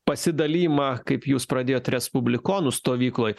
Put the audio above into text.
pasidalijimą kaip jūs pradėjot respublikonų stovykloj